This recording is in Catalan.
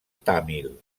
tàmil